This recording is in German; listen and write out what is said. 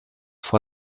vor